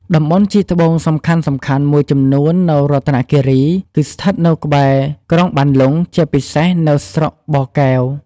តំបន់ជីកត្បូងសំខាន់ៗមួយចំនួននៅរតនគិរី គឺស្ថិតនៅក្បែរ ក្រុងបានលុង ជាពិសេសនៅ ស្រុកបកែវ។